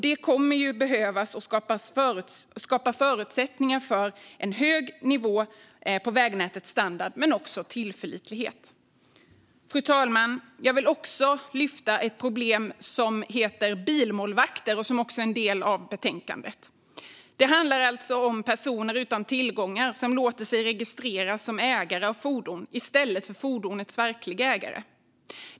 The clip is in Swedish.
Det kommer att skapa förutsättningar för en hög nivå på vägnätets standard och tillförlitlighet. Fru talman! Jag vill också lyfta upp problemet med bilmålvakter som behandlas i betänkandet. Det handlar alltså om personer utan tillgångar som låter sig registreras som ägare av fordon i stället för fordonets verklige ägare.